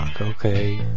okay